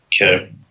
okay